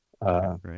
right